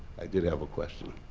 i did have a question.